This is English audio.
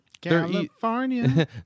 California